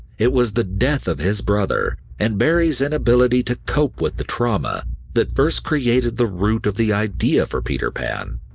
it was the death of his brother and barrie's inability to cope with the trauma that first created the root of the idea for peter pan.